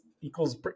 equals